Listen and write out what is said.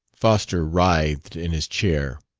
foster writhed in his chair.